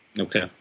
okay